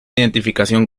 identificación